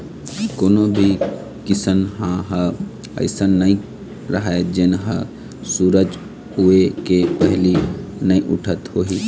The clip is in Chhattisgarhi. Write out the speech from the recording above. कोनो भी किसनहा ह अइसन नइ राहय जेन ह सूरज उए के पहिली नइ उठत होही